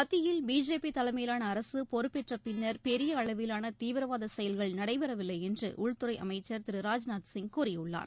மத்தியில் பிஜேபிதலைமையிலான அரசுபொறுப்பேற்றபின்னர் பெரிய அளவிலானதீவிரவாதசெயல்கள் நடைபெறவில்லைஎன்றுஉள்துறைஅமைச்சர் திரு ராஜ்நாத் சிங் கூறியுள்ளார்